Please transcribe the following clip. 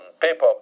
paper